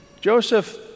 Joseph